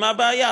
מה הבעיה?